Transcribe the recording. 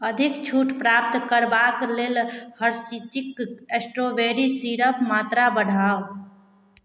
अधिक छूट प्राप्त करबाक लेल हर्शीजिक स्ट्रॉबेरी सिरप मात्रा बढ़ाउ